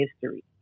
history